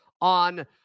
on